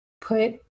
put